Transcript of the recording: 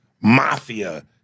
mafia